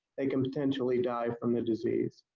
they can potentially die from the disease.